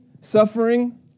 suffering